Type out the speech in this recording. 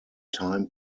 time